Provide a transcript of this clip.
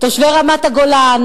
תושבי רמת-הגולן,